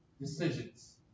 decisions